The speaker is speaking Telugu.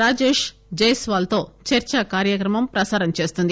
రాజేష్ జైస్వాల్ తో చర్చా కార్యక్రమం ప్రసారం చేస్తోంది